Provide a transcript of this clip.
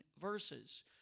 verses